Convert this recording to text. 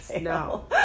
No